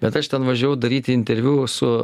bet aš ten važiavau daryti interviu su